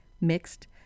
mixed